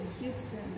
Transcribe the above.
Houston